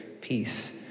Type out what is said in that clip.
peace